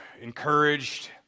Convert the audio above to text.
encouraged